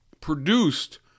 produced